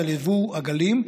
זה על יבוא עגלים.